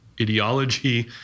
ideology